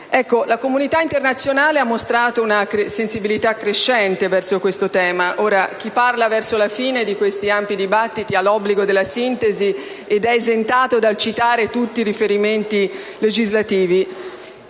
La comunità internazionale ha mostrato una sensibilità crescente verso questo tema. Chi parla verso la fine di questi ampi dibattiti ha l'obbligo della sintesi ed è esentato dal citare tutti i riferimenti legislativi.